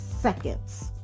seconds